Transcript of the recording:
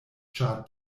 ĉar